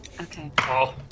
Okay